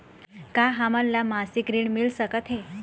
का हमन ला मासिक ऋण मिल सकथे?